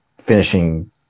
finishing